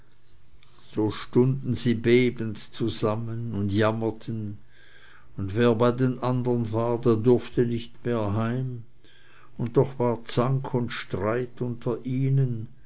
so stunden sie bebend zusammen und jammerten und wer bei den andern war der durfte nicht mehr heim und doch war zank und streit unter ihnen